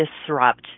disrupt